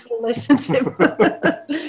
relationship